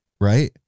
right